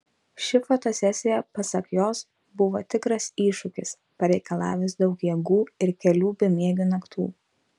ši fotosesija pasak jos buvo tikras iššūkis pareikalavęs daug jėgų ir kelių bemiegių naktų